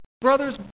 Brothers